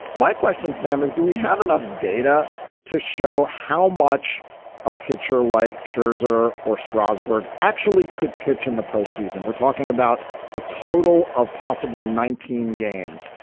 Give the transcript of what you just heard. my question sam is do we have enough data to show how much a pitcher like scherzer or strasburg actually could pitch in the postseason we're talking about a total of possibly nineteen games.